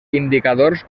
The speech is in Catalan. indicadors